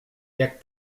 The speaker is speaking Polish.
jak